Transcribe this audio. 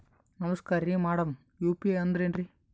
ನಮಸ್ಕಾರ್ರಿ madam UPI ಅಂದ್ರೆನ್ರಿ?